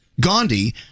Gandhi